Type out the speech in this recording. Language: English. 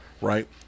Right